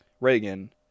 Reagan